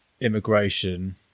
immigration